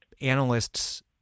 analysts